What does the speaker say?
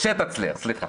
כשתצליח, סליחה.